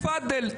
תפדל,